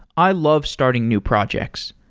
i love starting new projects,